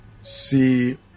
see